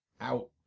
out